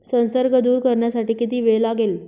संसर्ग दूर करण्यासाठी किती वेळ लागेल?